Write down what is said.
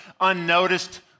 unnoticed